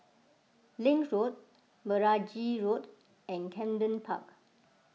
Link Road Meragi Road and Camden Park